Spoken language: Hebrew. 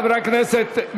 חברי הכנסת,